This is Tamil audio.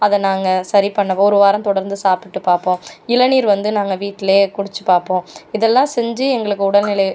அதை நாங்கள் சரி பண்ண ஒரு வாரம் தொடர்ந்து சாப்பிட்டு பார்ப்போம் இளநீர் வந்து நாங்கள் வீட்டில் குடித்து பார்ப்போம் இதெல்லாம் செஞ்சு எங்களுக்கு உடல்நிலை